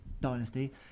dynasty